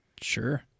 Sure